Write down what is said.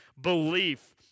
belief